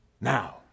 now